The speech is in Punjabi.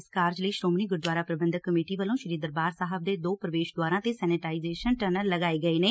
ਇਸ ਕਾਰਜ ਲਈ ਸ਼ੋਮਣੀ ਗੁਰਦੁਆਰਾ ਪ੍ਰੰਬਧਕ ਕਮੇਟੀ ਵੱਲੋ ਸ੍ੀ ਦਰਬਾਰ ਸਾਹਿਬ ਦੇ ਦੋ ਪ੍ਰਵੇਸ਼ ਦੁਆਰਾਂ ਤੇ ਸੈਨੇਟਾਈਜੇਸ਼ਨ ਟਨਲ ਲਗਾਏ ਗਏ ਨੇ